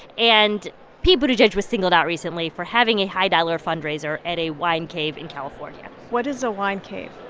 and pete buttigieg was singled out recently for having a high-dollar fundraiser at a wine cave in california what is a wine cave?